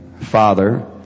father